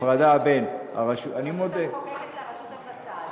הרשות המחוקקת לבין הרשות המבצעת.